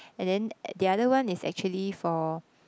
and then the other one is actually for